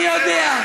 מי יודע.